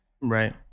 Right